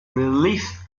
relief